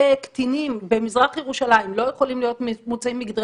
כיבוש זה גם דבר מסוכן לבני